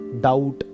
doubt